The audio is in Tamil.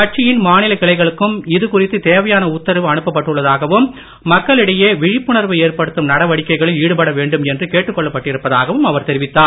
கட்சியின் மாநில கிளைகளுக்கும் இது குறித்து தேவையான உத்தரவு அனுப்ப பட்டுள்ளதாகவும் மக்களிடையே விழிப்புணர்வு ஏற்படுத்தும் நடவடிக்கைகளில் ஈடுபட வேண்டும் என்று கேட்டுக் கொள்ளப் பட்டிருப்பதாகவும் அவர் தெரிவித்தார்